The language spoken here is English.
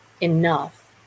enough